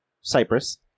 Cyprus